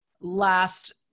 last